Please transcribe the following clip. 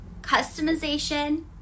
customization